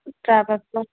তাৰপাছত